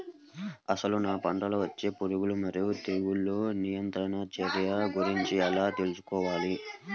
అసలు నా పంటలో వచ్చే పురుగులు మరియు తెగులుల నియంత్రణ చర్యల గురించి ఎలా తెలుసుకోవాలి?